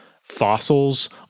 fossils